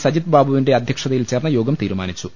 സജിത്ബാബുവിന്റെ അധ്യ ക്ഷതയിൽ ചേർന്ന യോഗം തീരുമാനിച്ചു